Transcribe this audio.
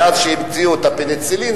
מאז שהמציאו את הפניצילין,